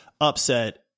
upset